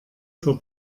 für